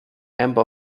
amber